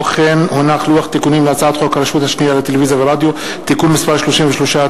לוח תיקונים להצעת חוק הרשות השנייה לטלוויזיה ורדיו (תיקון מס' 33),